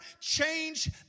change